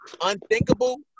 unthinkable